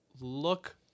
look